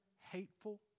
hateful